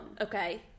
Okay